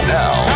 now